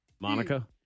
Monica